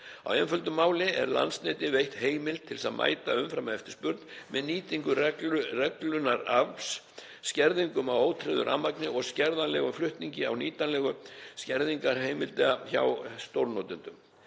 Á einföldu máli er Landsneti veitt heimild til að mæta umframeftirspurn með nýtingu reglunarafls, skerðingum á ótryggðu rafmagni og skerðanlegum flutningi og nýtingu skerðingarheimilda hjá stórnotendum.